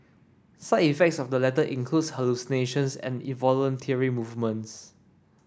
side effects of the latter includes hallucinations and involuntary movements